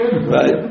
Right